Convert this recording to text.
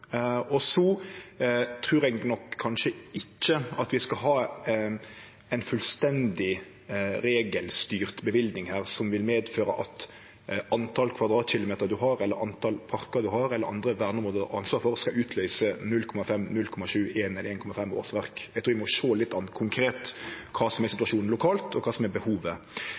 Eg trur ikkje vi skal ha ei fullstendig regelstyrt løyving som medfører at antal kvadratkilometer ein har, antal parkar eller andre verneområde ein har ansvar for, skal utløyse 0,5, 0,7, 1 eller 1,5 årsverk. Eg trur vi må sjå litt an konkret kva som er situasjonen lokalt, og kva som er behovet.